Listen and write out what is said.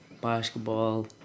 basketball